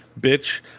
bitch